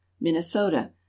Minnesota